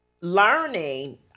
learning